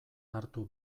hartu